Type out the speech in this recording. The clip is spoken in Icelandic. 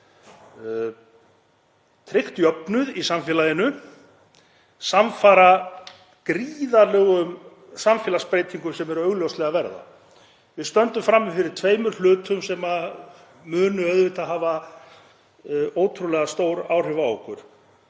tryggt jöfnuð í samfélaginu samfara gríðarlegum samfélagsbreytingum sem eru augljóslega að verða. Við stöndum frammi fyrir tveimur hlutum sem munu hafa ótrúlega stór áhrif á okkur.